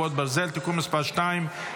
חרבות ברזל) (תיקון מס' 2),